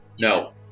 No